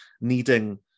needing